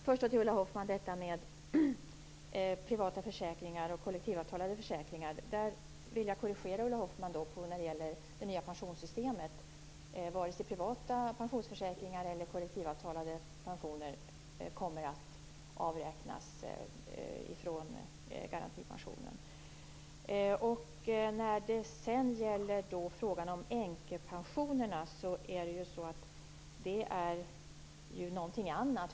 Herr talman! Först till detta med privata försäkringar och kollektivavtalade försäkringar. Jag vill korrigera Ulla Hoffmann när det gäller det nya pensionssystemet. Varken privata pensionsförsäkringar eller kollektivavtalade pensioner kommer att avräknas från garantipensionen. I fråga om änkepensionerna handlar det om något annat.